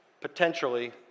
potentially